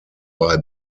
bei